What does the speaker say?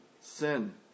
sin